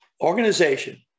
organization